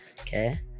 okay